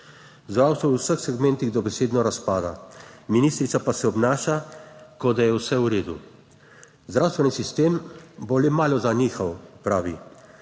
Zdravstvo v vseh segmentih dobesedno razpada, ministrica pa se obnaša, kot da je vse v redu. Zdravstveni sistem bo le malo zanihal, pravi,